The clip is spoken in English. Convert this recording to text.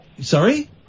Sorry